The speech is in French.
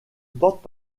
porte